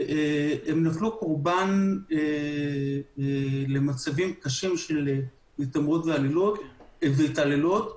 נפלו קורבן למצבים קשים של התעמרות והתעללות.